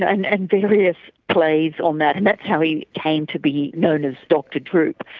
ah and and various plays on that, and that's how he came to be known as dr droop.